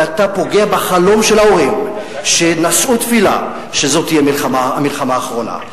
ואתה פוגע בחלום של ההורים שנשאו תפילה שזו תהיה המלחמה האחרונה.